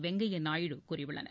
வெங்கையா நாயுடு கூறியுள்ளனர்